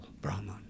Brahman